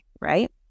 right